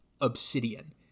obsidian